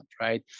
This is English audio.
right